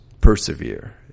persevere